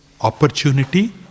opportunity